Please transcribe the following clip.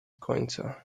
końca